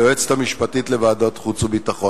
היועצת המשפטית של ועדת החוץ והביטחון.